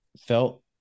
felt